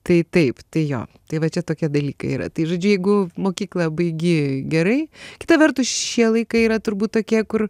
tai taip tai jo tai va čia tokie dalykai yra tai žodžiu jeigu mokyklą baigi gerai kita vertus šie laikai yra turbūt tokie kur